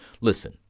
Listen